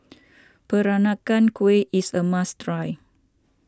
Peranakan Kueh is a must try